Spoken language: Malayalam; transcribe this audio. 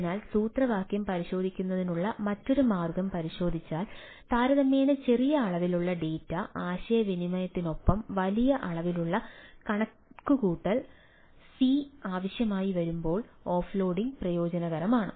അതിനാൽ സൂത്രവാക്യം പരിശോധിക്കുന്നതിനുള്ള മറ്റൊരു മാർഗ്ഗം പരിശോധിച്ചാൽ താരതമ്യേന ചെറിയ അളവിലുള്ള ഡാറ്റ പ്രയോജനകരമാണ്